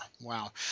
Wow